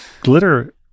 Glitter